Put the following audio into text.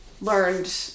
learned